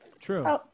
true